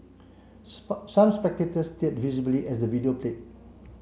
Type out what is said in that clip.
some spectators teared visibly as the video play